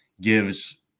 gives